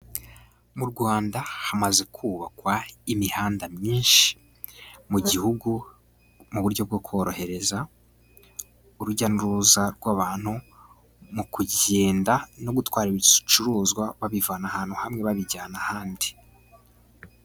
Mu Rwanda hamaze kubakwa imihanda myinshi mu gihugu mu buryo bwo korohereza urujya n'uruza rw'abantu, mu kugenda no gutwara ibicuruzwa babivana ahantu hamwe babijyana ahandi.